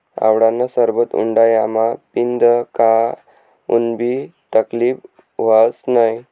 आवळानं सरबत उंडायामा पीदं का उननी तकलीब व्हस नै